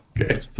Okay